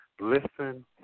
Listen